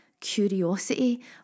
curiosity